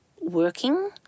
working